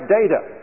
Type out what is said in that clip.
data